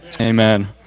Amen